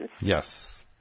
Yes